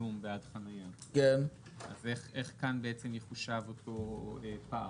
מתשלום בעד חנייה, איך כאן יחושב אותו פער?